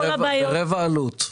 ברבע עלות.